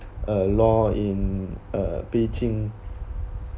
uh law in uh beijing